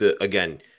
again